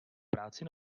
práci